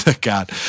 god